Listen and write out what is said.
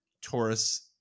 Taurus